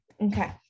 Okay